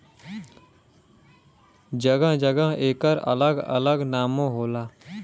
जगह जगह एकर अलग अलग नामो होला